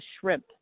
shrimp